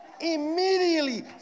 immediately